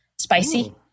spicy